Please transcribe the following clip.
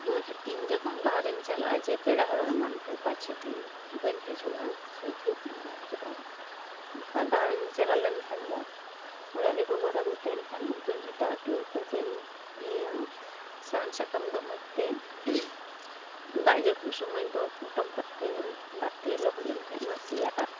ᱟᱨ ᱤᱧ ᱡᱚᱠᱷᱚᱱ ᱵᱟᱦᱨᱮᱧ ᱪᱟᱞᱟᱜᱼᱟ ᱡᱮ ᱯᱮᱲᱟᱦᱚᱲᱚᱜ ᱮᱢᱟᱱᱠᱚ ᱡᱮ ᱯᱟᱪᱼᱪᱷᱚ ᱫᱤᱱ ᱵᱟᱹᱧ ᱦᱟᱹᱡᱩᱜᱼᱟ ᱚᱝᱠᱟ ᱫᱟᱬᱟᱱᱤᱧ ᱪᱟᱞᱟᱣᱞᱮᱱ ᱠᱷᱟᱱᱫᱚ ᱚᱲᱟᱜᱨᱮ ᱜᱚᱜᱚ ᱛᱟᱠᱚ ᱛᱮᱦᱮᱱ ᱠᱷᱟᱱ ᱩᱱᱠᱩᱧ ᱢᱮᱛᱟ ᱚᱴᱚᱣᱠᱚᱣᱟ ᱡᱮ ᱱᱤᱭᱟᱹ ᱥᱟᱦᱟᱱ ᱥᱟᱠᱟᱢ ᱫᱚ ᱢᱚᱡᱽᱛᱮ ᱫᱟᱜ ᱡᱟᱹᱯᱩᱫ ᱥᱚᱢᱚᱭᱫᱚ ᱯᱚᱴᱚᱢᱠᱟᱜ ᱯᱮ ᱫᱟᱜᱛᱮ ᱞᱚᱦᱚᱫᱞᱮᱱ ᱠᱷᱟᱡ ᱢᱟ ᱥᱮᱭᱟᱜᱼᱟ